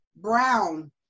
Brown